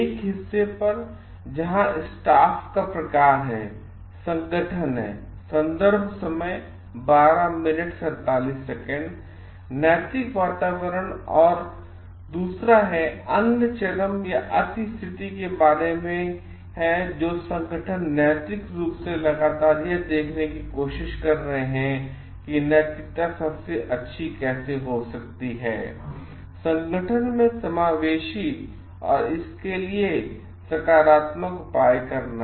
एक हिस्से पर जहां स्टाफ का प्रकार है संगठन हैं नैतिक वातावरण और अन्य चरम अति स्थिति के बारे में हैं जो संगठन नैतिक रूप से लगातार यह देखने की कोशिश कर रहे हैं कि नैतिकता सबसे अच्छी कैसे हो सकती है संगठन में समावेशी और इसके लिए सकारात्मक उपाय करना